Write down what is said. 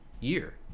year